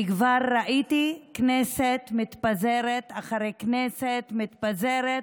כי כבר ראיתי כנסת מתפזרת אחרי כנסת מתפזרת,